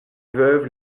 veuve